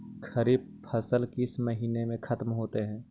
खरिफ फसल किस महीने में ख़त्म होते हैं?